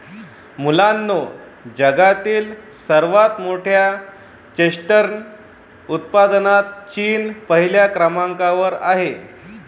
मुलांनो जगातील सर्वात मोठ्या चेस्टनट उत्पादनात चीन पहिल्या क्रमांकावर आहे